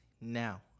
now